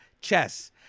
chess